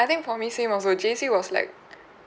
I think for me same also J_C was like